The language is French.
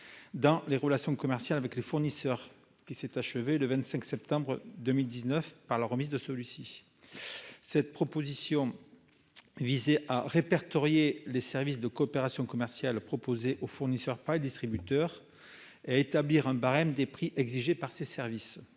dans leurs relations commerciales avec les fournisseurs, qui s'est achevée le 25 septembre 2019. Cette proposition vise à répertorier les services de coopération commerciale proposés aux fournisseurs par les distributeurs et à établir un barème des prix exigés pour ces services.